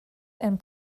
and